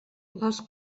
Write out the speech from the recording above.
les